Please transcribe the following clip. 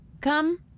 Come